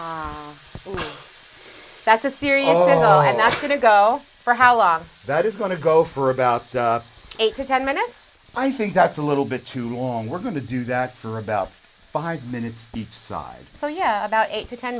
it that's a serious i had i couldn't go for how long that is going to go for about eight to ten minutes i think that's a little bit too long we're going to do that for about five minutes each side so yeah about eight to ten